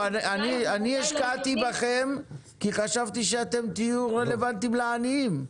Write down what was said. השקעתי בכם כי חשבתי שאתם תהיו רלוונטיים לעניים.